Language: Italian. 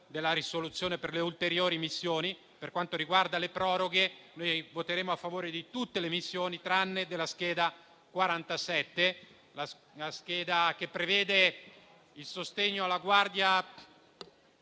della risoluzione per le ulteriori missioni. Per quanto riguarda le proroghe, voteremo a favore di tutte le missioni tranne che sulla scheda 47, che prevede il sostegno alla guardia